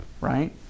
right